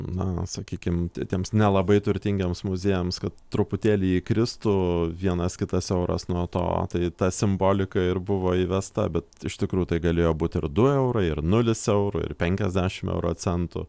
na sakykim tiems nelabai turtingiems muziejams kad truputėlį įkristų vienas kitas euras nuo to tai ta simbolika ir buvo įvesta bet iš tikrųjų tai galėjo būt ir du eurai ir nulis eurų ir penkiasdešim euro centų